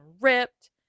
ripped